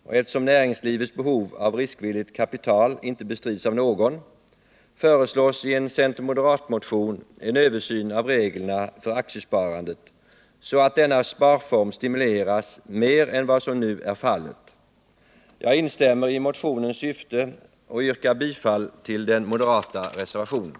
Och eftersom näringslivets behov av riskvilligt kapital inte bestrids av någon föreslås i en center-moderatmotion en översyn av reglerna för aktiesparandet så att denna sparform stimuleras mer än vad som nu är fallet. i Jag instämmer i motionens syfte och yrkar bifall till den moderata reservationen.